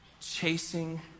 chasing